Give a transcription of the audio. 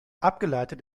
abgeleitet